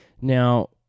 now